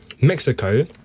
Mexico